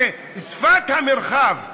ששפת המרחב,